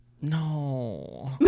no